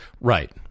Right